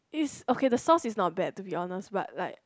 is okay the sauce is not bad to be honest but like